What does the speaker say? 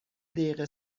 دقیقه